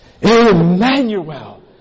Emmanuel